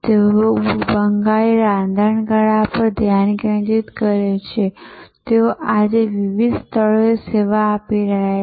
તેઓ બંગાળી રાંધણકળા પર ધ્યાન કેન્દ્રિત કરે છે તેઓ આજે વિવિધ સ્થળોએ સેવા આપી રહ્યા છે